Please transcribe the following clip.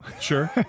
Sure